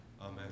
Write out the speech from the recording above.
Amen